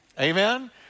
Amen